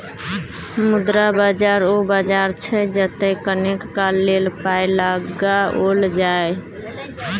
मुद्रा बाजार ओ बाजार छै जतय कनेक काल लेल पाय लगाओल जाय